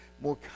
more